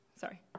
Sorry